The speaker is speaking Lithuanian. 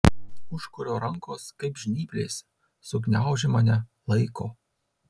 užkurio rankos kaip žnyplės sugniaužė mane laiko